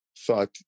thought